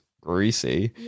greasy